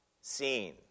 seen